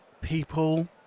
people